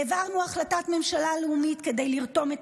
העברנו החלטת ממשלה לאומית כדי לרתום את